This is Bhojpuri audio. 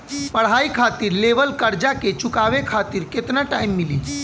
पढ़ाई खातिर लेवल कर्जा के चुकावे खातिर केतना टाइम मिली?